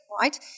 right